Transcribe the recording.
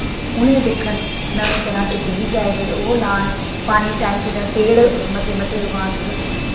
उनेंगी दिक्खन नमें तरां तदे बीज़ आए दे ओह् लान पानी टाईम टू टाईम पेड़ उगान